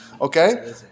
Okay